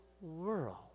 world